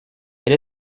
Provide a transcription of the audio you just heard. elle